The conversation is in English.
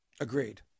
Agreed